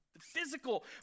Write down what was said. physical